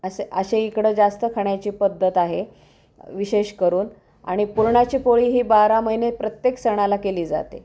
असे असे इकडं जास्त खाण्याची पद्धत आहे विशेष करून आणि पुरणाची पोळी ही बारा महिने प्रत्येक सणाला केली जाते